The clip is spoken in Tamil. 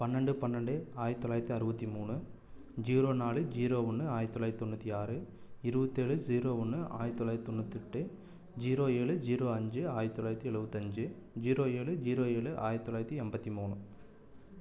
பன்னெண்டு பன்னெண்டு ஆயிரத்து தொளாயிரத்து அறுபத்தி மூணு ஜீரோ நாலு ஜீரோ ஒன்று ஆயிரத்து தொளாயிரத்து தொண்ணூற்றி ஆறு இருபத்தேழு ஜீரோ ஒன்று ஆயிரத்து தொளாயிரத்து தொண்ணூற்தெட்டு ஜீரோ ஏழு ஜீரோ அஞ்சு ஆயிரத்து தொளாயிரத்து எழுபத்தஞ்சி ஜீரோ ஏழு ஜீரோ ஏழு ஆயிரத்து தொளாயிரத்து எம்பத்து மூணு